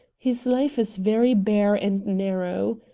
his life is very bare and narrow.